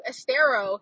Estero